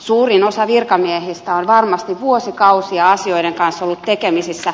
suurin osa virkamiehistä on varmasti vuosikausia asioiden kanssa ollut tekemisissä